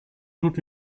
tut